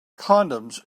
condoms